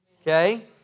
Okay